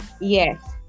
Yes